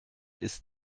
ist